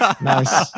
Nice